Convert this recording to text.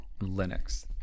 linux